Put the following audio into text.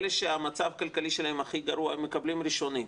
אלה שהמצב הכלכלי שלהם הכי גרוע הם מקבלים ראשונים.